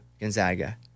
Gonzaga